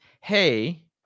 hey